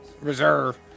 reserve